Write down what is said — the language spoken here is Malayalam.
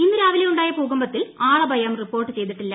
ഇന്ന് രാവിലെ ഉണ്ടായ ഭൂകമ്പത്തിൽ ആളപായം റിപ്പോർട്ട് ചെയ്തിട്ടില്ല